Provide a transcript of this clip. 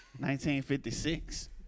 1956